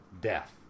death